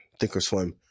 thinkorswim